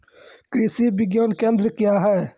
कृषि विज्ञान केंद्र क्या हैं?